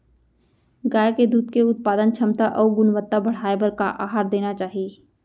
गाय के दूध के उत्पादन क्षमता अऊ गुणवत्ता बढ़ाये बर का आहार देना चाही?